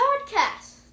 podcast